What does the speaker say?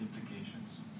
implications